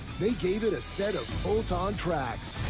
they gave it a set of bolt-on tracks,